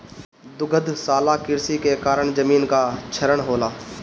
दुग्धशाला कृषि के कारण जमीन कअ क्षरण होला